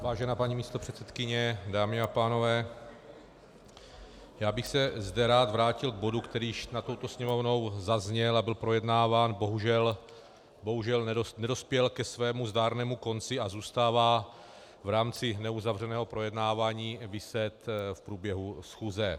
Vážená paní místopředsedkyně, dámy a pánové, já bych se zde rád vrátil k bodu, který již nad touto Sněmovnou zazněl a byl projednáván, bohužel nedospěl ke svému zdárnému konci a zůstává v rámci neuzavřeného projednávání viset v průběhu schůze.